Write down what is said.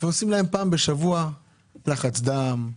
ובודקים להם פעם בשבוע לחץ דם,